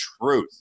truth